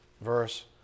verse